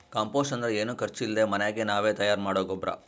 compost ಅಂದ್ರ ಏನು ಖರ್ಚ್ ಇಲ್ದೆ ಮನ್ಯಾಗೆ ನಾವೇ ತಯಾರ್ ಮಾಡೊ ಗೊಬ್ರ